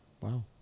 Wow